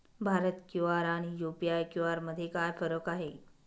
Bharat QR आणि UPI QR मध्ये काय फरक आहे?